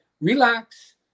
relax